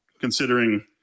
considering